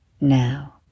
Now